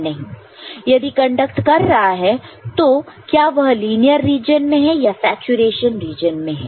यदि कंडक्ट कर रहा हो तो क्या वह लीनियर रीजन में है या सैचुरेशन रीजन में है